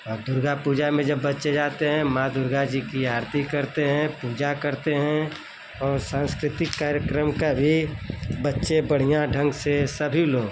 और दुर्गा पूजा में बच्चे जब जाते हैं माँ दुर्गा जी की आरती करते हैं पूजा करते हैं और सांस्कृतिक कार्यक्रम का रे बच्चे बढ़िया ढंग से सभी लोग